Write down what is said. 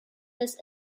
his